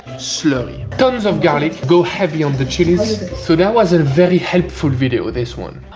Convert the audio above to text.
slurry tons of garlic. go heavy on the chilis. so that was a very helpful video this one.